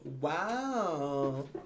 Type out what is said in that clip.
Wow